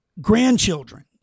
grandchildren